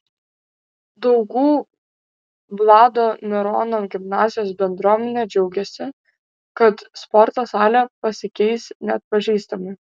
daugų vlado mirono gimnazijos bendruomenė džiaugiasi kad sporto salė pasikeis neatpažįstamai